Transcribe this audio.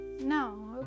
No